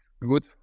Good